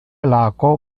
laco